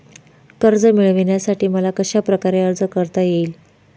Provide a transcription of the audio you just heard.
कर्ज मिळविण्यासाठी मला कशाप्रकारे अर्ज करता येईल?